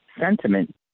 sentiment